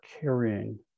carrying